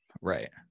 right